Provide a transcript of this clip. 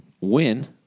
win